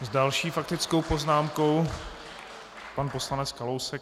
S další faktickou poznámkou pan poslanec Kalousek.